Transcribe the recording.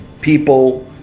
people